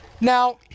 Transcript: Now